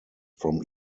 from